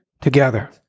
together